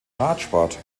radsport